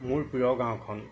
মোৰ প্ৰিয় গাঁওখন